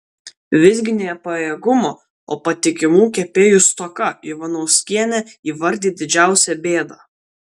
visgi ne pajėgumo o patikimų kepėjų stoką ivanauskienė įvardija didžiausia bėda